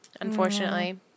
unfortunately